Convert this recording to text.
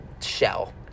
shell